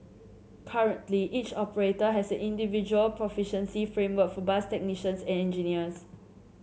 currently each operator has individual proficiency framework for bus technicians and engineers